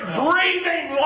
breathing